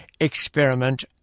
Experiment